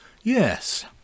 Yes